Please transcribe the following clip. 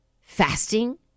fasting